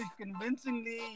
convincingly